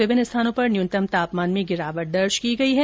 विभिन्न स्थानों पर न्यूनतम तापमान में गिरावट दर्ज की गई है